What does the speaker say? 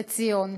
לציון.